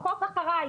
החוק אחרי,